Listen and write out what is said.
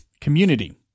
Community